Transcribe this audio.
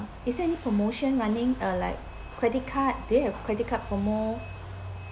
is there any promotion running uh like credit card do you have credit card promo